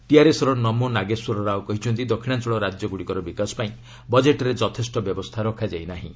ଟିଆର୍ଏସ୍ର ନମୋ ନାଗେଶ୍ୱର ରାଓ କହିଛନ୍ତି ଦକ୍ଷିଣାଞ୍ଚଳ ରାଜ୍ୟଗୁଡ଼ିକର ବିକାଶ ପାଇଁ ବଜେଟ୍ରେ ଯଥେଷ୍ଟ ବ୍ୟବସ୍ଥା ରଖାଯାଇ ନାହିଁ